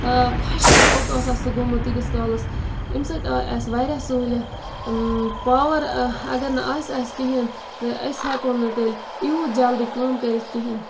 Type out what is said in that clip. اۭں خۄشِک اوس آسان سُہ گوٚمُت تِیٖتِس کالَس ییٚمہِ سۭتۍ آیہِ اَسہِ واریاہ سہوٗلیت پاور اَگر نہٕ آسہِ اَسہِ کِہیٖنۍ أسۍ ہیٚکَو نہٕ تیٚلہِ یوٗت جلدی کٲم کٔرِتھ کِہیٖنۍ